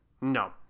No